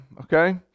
Okay